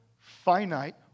finite